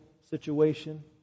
situation